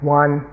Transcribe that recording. one